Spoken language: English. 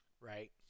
right